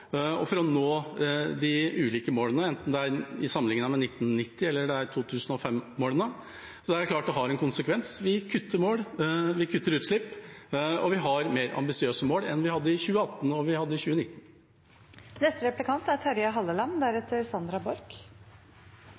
også disse målene nå i takt med landene rundt oss, og for å nå de ulike målene, enten det er sammenlignet med 1990 eller 2005-målene. Det er klart at det har en konsekvens. Vi kutter utslipp, og vi har mer ambisiøse mål enn vi hadde i 2018 og i 2019. Marin forsøpling er et av de store problemene vi